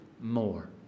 more